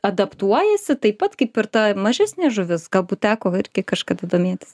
adaptuojasi taip pat kaip ir ta mažesnė žuvis galbūt teko irgi kažkada domėtis